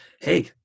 hey